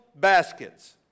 baskets